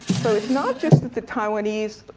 so it's not just that the taiwanese,